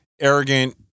arrogant